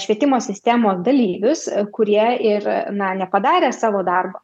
švietimo sistemos dalyvius kurie ir na nepadarė savo darbo